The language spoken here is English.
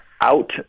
out